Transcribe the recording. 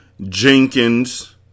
Jenkins